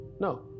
No